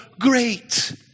great